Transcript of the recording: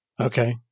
Okay